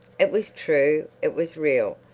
it was true, it was real.